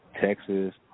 Texas